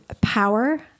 power